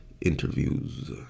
interviews